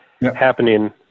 happening